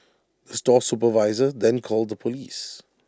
the store supervisor then called the Police